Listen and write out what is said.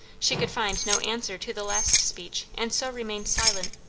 she could find no answer to the last speech, and so remained silent.